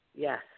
Yes